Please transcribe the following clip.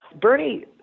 Bernie